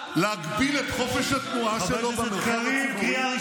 להגביל את חופש התנועה שלו במרחב הציבורי?